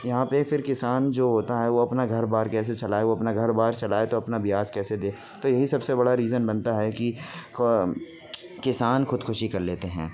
یہاں پہ پھر کسان جو ہوتا ہے وہ اپنا گھر بار کیسے چلائے گھر بار چلائے تو اپنا بیاج کیسے دے تو یہ سب سے بڑا ریزن بنتا ہے کہ کسان خودکشی کر لیتے ہیں